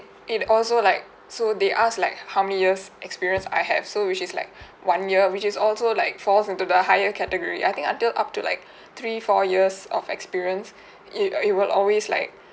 it also like so they ask like how many years experience I have so which is like one year which is also like falls into the higher category I think until up to like three four years of experience it it will always like